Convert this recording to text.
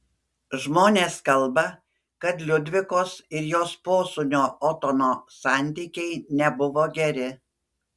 žmonės kalba kad liudvikos ir jos posūnio otono santykiai nebuvo geri